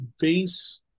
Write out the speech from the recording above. base